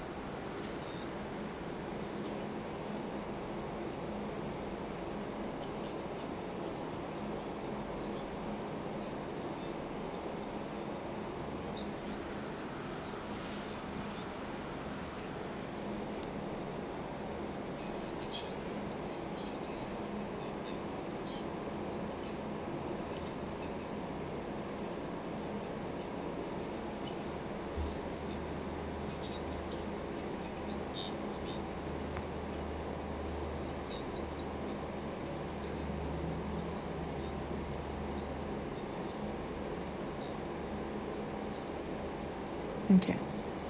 okay